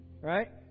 Right